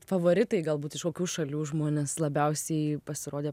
favoritai galbūt iš kokių šalių žmonės labiausiai pasirodė